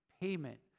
payment